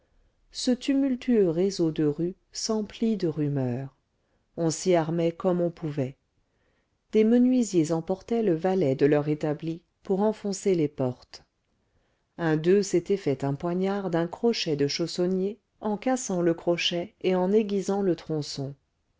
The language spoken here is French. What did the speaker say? ce tumultueux réseau de rues s'emplit de rumeurs on s'y armait comme on pouvait des menuisiers emportaient le valet de leur établi pour enfoncer les portes un d'eux s'était fait un poignard d'un crochet de chaussonnier en cassant le crochet et en aiguisant le tronçon